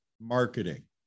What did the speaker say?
marketing